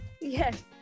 Yes